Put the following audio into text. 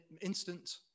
instant